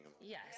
Yes